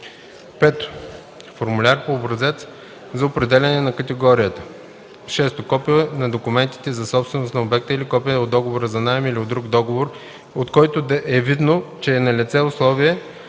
5; 5. формуляр по образец за определяне на категорията; 6. копия на документите за собственост на обекта или копие от договора за наем или от друг договор, от който е видно, че са налице условия